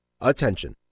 Attention